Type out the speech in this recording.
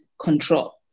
control